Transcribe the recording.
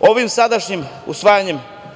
Ovim sadašnjim usvajanjem